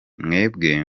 mwebwe